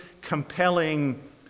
compelling